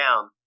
down